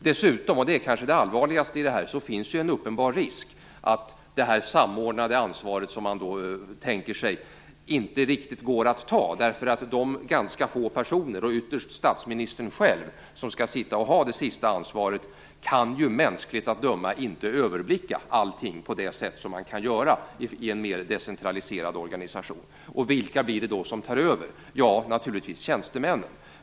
Dessutom, och det kanske är det allvarligaste i detta, finns det en uppenbar risk att detta samordnade ansvar som man tänker sig inte riktigt går att ta, därför att de ganska få personer, och ytterst statsministern själv, som skall ha det yttersta ansvaret mänskligt att döma ju inte kan överblicka allt på det sätt som man kan göra i en mer decentraliserad organisation. Vilka blir det då som tar över? Jo, naturligtvis tjänstemännen.